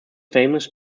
famous